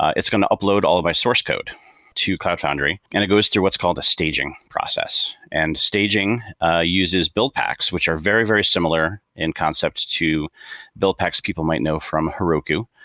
it's going to upload all of my source code to cloud foundry and it goes through what's called a staging process. and staging ah uses buildpacks, which are very, very similar in concepts to buildpacks people might know from heroku.